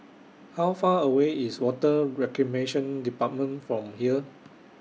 How Far away IS Water Reclamation department from here